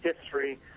history